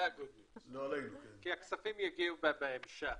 זה ה-good news כי הכספים יגיעו בהמשך,